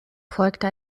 folgte